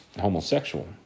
homosexual